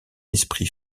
esprit